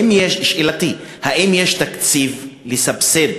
שאלתי: האם יש תקציב לסבסד